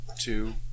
two